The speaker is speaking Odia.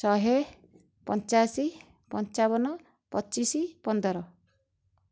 ଶହେ ପଞ୍ଚାଅଶୀ ପଞ୍ଚାବନ ପଚିଶ ପନ୍ଦର